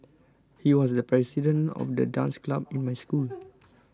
he was the president of the dance club in my school